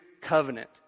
covenant